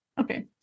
Okay